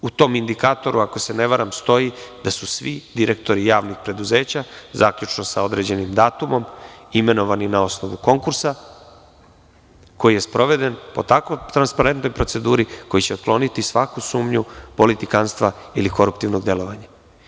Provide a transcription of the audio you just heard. U tom indikatoru, ako se ne varam, stoji da su svi direktori javnih preduzeća, zaključno sa određenim datumom imenovani na osnovu konkursa koji je sproveden po tako transparentnoj proceduri, koji će otkloniti svaku sumnju politikanstva ili koruptivnog delovanja.